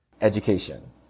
education